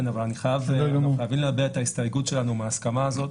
אבל אנחנו חייבים להביע את ההסתייגות שלנו מההסכמה הזאת.